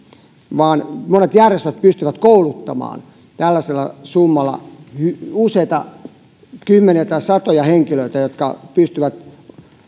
vaan monet järjestöt pystyvät kouluttamaan tällaisella summalla useita kymmeniä tai satoja henkilöitä jotka pystyvät